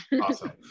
Awesome